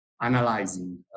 analyzing